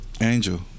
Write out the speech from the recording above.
Angel